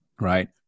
right